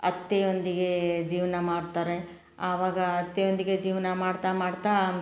ಅತ್ತೆಯೊಂದಿಗೇ ಜೀವನ ಮಾಡ್ತಾರೆ ಆವಾಗ ಅತ್ತೆಯೊಂದಿಗೆ ಜೀವನ ಮಾಡ್ತಾ ಮಾಡ್ತಾ